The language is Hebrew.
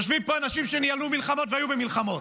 יושבים פה אנשים שניהלו מלחמות והיו במלחמות.